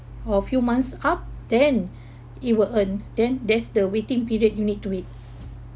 or few months up then it will earn then there's the waiting period you need to wait